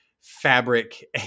fabric